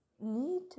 need